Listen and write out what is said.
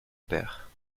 père